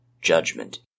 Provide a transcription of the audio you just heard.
judgment